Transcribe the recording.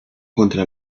contra